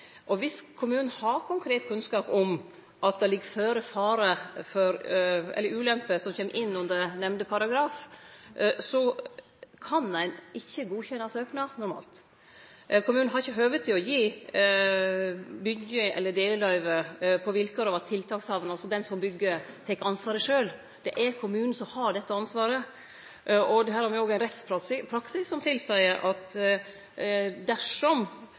kommunen har konkret kunnskap om at det ligg føre fare eller ulemper som kjem inn under nemnde paragraf, kan ein ikkje godkjenne søknad normalt. Kommunen har ikkje høve til å gi byggje- eller delløyve på vilkår av at tiltakshavaren, altså den som byggjer, tek ansvaret sjølv. Det er kommunen som har dette ansvaret, og her har me òg ein rettspraksis som tilseier at dersom